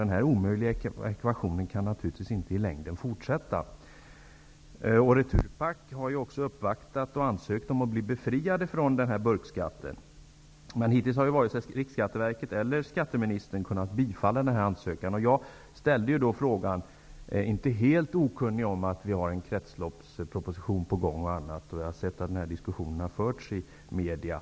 Denna omöjliga ekvation kan naturligtvis inte fortsätta att hålla i längden. Returpack har gjort uppvaktningar och ansökt om att man skall bli befriad från burkskatten. Hittills har varken Riksskatteverket eller skatteministern kunnat bifalla denna ansökan. Jag är inte helt okunnig om att det är en kretsloppsproposition på gång, och det var därför som jag ställde min fråga. Dessutom har jag följt diskussioner som har förts i media.